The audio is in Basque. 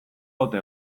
ote